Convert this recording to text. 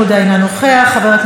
חבר הכנסת עמר בר-לב,